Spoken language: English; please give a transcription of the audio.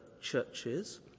churches